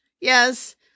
Yes